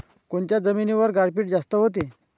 कोनच्या जमिनीवर गारपीट जास्त व्हते?